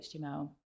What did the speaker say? html